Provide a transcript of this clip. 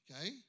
okay